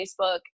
Facebook